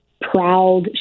proud